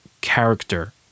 character